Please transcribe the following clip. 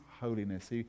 holiness